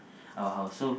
our house so